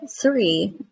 three